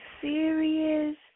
serious